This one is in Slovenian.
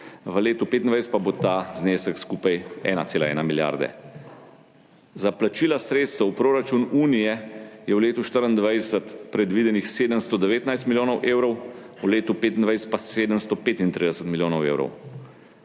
v letu 2025 pa bo ta znesek skupaj 1,1 milijarde. Za plačila sredstev v proračun Unije je v letu 2024 predvidenih 719 milijonov evrov, v letu 2025 pa 735 milijonov evrov.